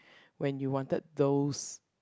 when you wanted those